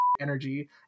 energy